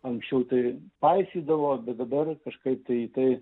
anksčiau tai paisydavo bet dabar kažkaip tai į tai